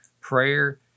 prayer